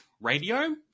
Radio